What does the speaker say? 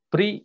Pre